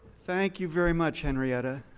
thank you very much, henrietta.